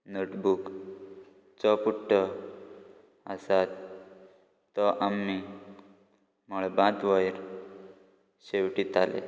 notebook जो पुट्टो आसा तो आमीं मळबांत वयर शेंवटितालीं